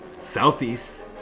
Southeast